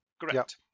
Correct